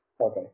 Okay